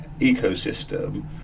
ecosystem